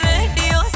Radio